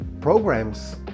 programs